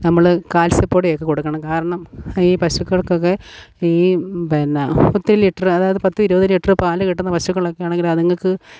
നമ്മള് കാൽസ്യ പൊടി ഒക്കെ കൊടുക്കണം കാരണം ഈ പശുകൾക്കൊക്കെ ഈ പിന്നെ ഒത്തിരി ലിറ്റര് അതായത് പത്ത് ഇരുപത് ലിറ്റര് പാല് കിട്ടുന്ന പശുക്കളൊക്കെ ആണെങ്കിലതുങ്ങള്ക്ക്